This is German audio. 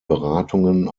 beratungen